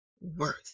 worth